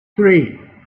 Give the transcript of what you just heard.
three